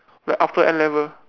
like after N level